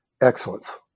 excellence